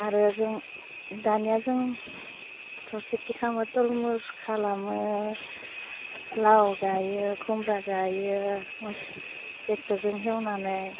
आरो जों दानिया जों थ' खेटि खामो तरमुस खालामो लाव गायो खुमब्रा गायो मस टेक्टरजों हेवनानै